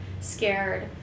scared